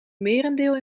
merendeel